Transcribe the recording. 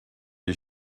les